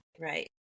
right